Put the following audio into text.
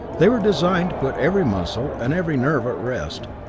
they were designed to put every muscle and every nerve at rest.